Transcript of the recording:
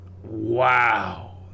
wow